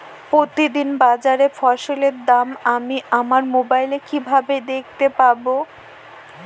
প্রতিদিন বাজারে ফসলের দাম আমি আমার মোবাইলে কিভাবে দেখতে পাব?